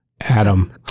Adam